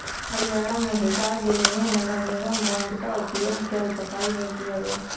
हरियाणा में हिसार जिले में नगर निगम बॉन्ड का उपयोग जल सफाई में किया गया